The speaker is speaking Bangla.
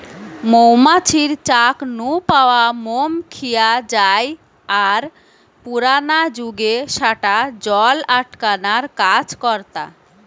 মৌ মাছির চাক নু পাওয়া মম খিয়া জায় আর পুরানা জুগে স্যাটা জল আটকানার কাজ করতা